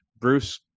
Bruce